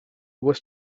was